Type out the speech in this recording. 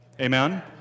Amen